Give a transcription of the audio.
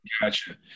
Gotcha